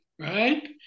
right